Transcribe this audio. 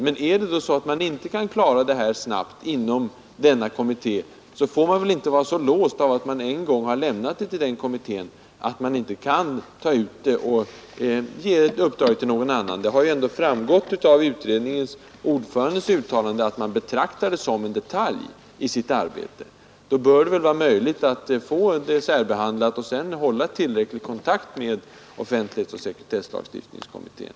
Men är det så att kommittén inte kan klara av det här speciella uppdraget snabbt så får man inte vara så låst av att man en gång har lämnat det till den kommittén, att man inte kan bryta ut denna speciella fråga och överlämna den till någon annan för utredning. Det har ju framgått av ett uttalande av utredningens ordförande, att man betraktar frågan om anonymitetsskydd som en detalj i sitt arbete. Då bör det väl vara möjligt att få den frågan särbehandlad och sedan ändå hålla tillräcklig kontakt med offentlighetsoch sekretesslagstiftningskommittén.